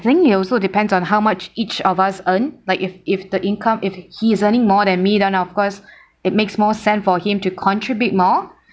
I think it also depends on how much each of us earn like if if the income if he is earning more than me then of course it makes more sense for him to contribute more